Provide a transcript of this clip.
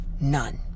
none